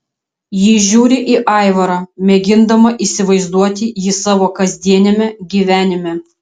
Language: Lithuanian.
ji žiūri į aivarą mėgindama įsivaizduoti jį savo kasdieniame gyvenime